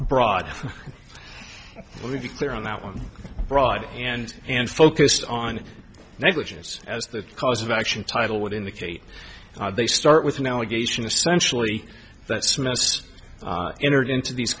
broad let me be clear on that one broad and and focused on negligence as the cause of action title would indicate they start with an allegation essentially that smith's entered into these